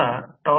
03 Ω आहे